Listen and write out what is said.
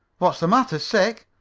what's the matter? sick?